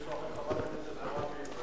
שהוא אחרי חברת הכנסת זועבי,